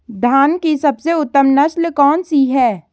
धान की सबसे उत्तम नस्ल कौन सी है?